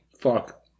fuck